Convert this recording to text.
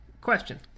question